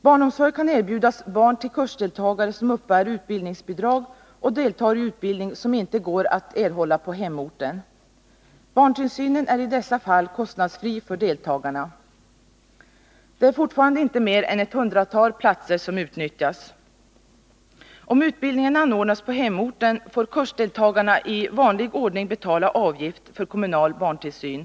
Barnomsorg kan erbjudas barn till kursdeltagare som uppbär utbildningsbidrag och deltar iutbildning, som inte går att erhålla på hemorten. Barntillsynen är i dessa fall kostnadsfri för deltagarna. Det är fortfarande inte mer än ett hundratal platser som utnyttjas. Om utbildningen anordnas på hemorten får kursdeltagarna i vanlig ordning betala avgift för kommunal barntillsyn.